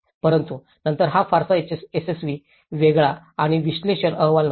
परंतु नंतर हा फारसा यशस्वी वेगळा आणि विश्लेषण अहवाल नव्हता